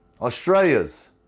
Australia's